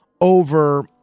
over